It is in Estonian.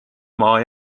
maa